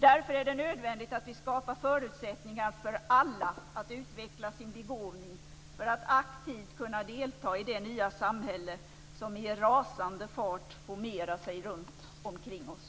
Därför är det nödvändigt att vi skapar förutsättningar för alla att utveckla sin begåvning för att aktivt kunna delta i det nya samhälle som i rasande fart formerar sig runt omkring oss.